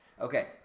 Okay